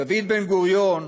דוד בן-גוריון,